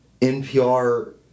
NPR